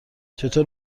چطور